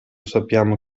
sappiamo